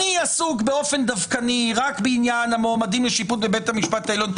אני עסוק באופן דווקני רק בעניין המועמדים לשיפוט בבית המשפט העליון.